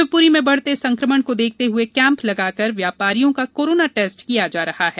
शिवपुरी में बढ़ते संक्रमण को देखते हुए कैम्प लगाकर व्यापारियों का कोरोना टेस्ट किया जा रहा है